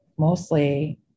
mostly